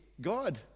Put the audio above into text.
God